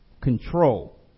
control